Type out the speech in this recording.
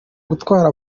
gutwara